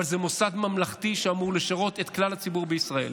אבל זה מוסד ממלכתי שאמור לשרת את כלל הציבור בישראל,